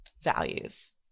values